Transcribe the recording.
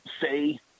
say